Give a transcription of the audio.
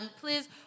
Please